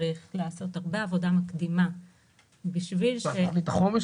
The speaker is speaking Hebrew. אם זה היה טוב, לא היית חוזר.